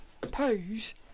pose